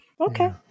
okay